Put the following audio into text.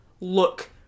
look